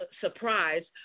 surprise